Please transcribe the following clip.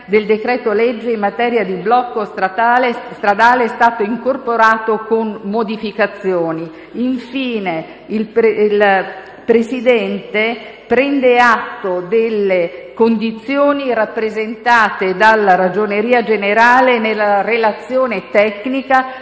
del decreto-legge in materia di blocco stradale, è stato incorporato con modificazioni. Infine, il Presidente prende atto delle condizioni rappresentate dalla Ragioneria generale nella relazione tecnica,